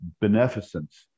beneficence